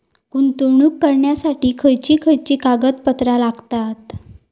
गुंतवणूक करण्यासाठी खयची खयची कागदपत्रा लागतात?